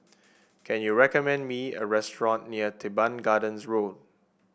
can you recommend me a restaurant near Teban Gardens Road